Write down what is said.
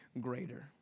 greater